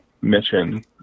mission